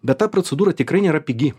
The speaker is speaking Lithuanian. bet ta procedūra tikrai nėra pigi